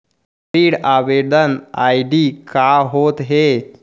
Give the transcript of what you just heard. ऋण आवेदन आई.डी का होत हे?